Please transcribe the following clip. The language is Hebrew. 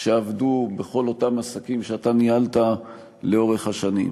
שעבדו בכל אותם עסקים שאתה ניהלת לאורך השנים.